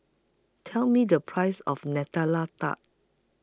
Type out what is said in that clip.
Tell Me The Price of Nutella Tart